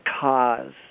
cause